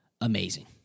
amazing